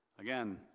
Again